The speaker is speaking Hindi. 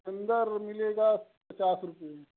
चुकंदर वो मिलेगा पचास रुपये